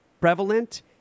prevalent